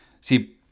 See